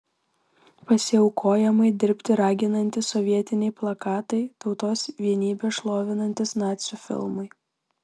pasiaukojamai dirbti raginantys sovietiniai plakatai tautos vienybę šlovinantys nacių filmai